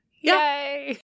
Yay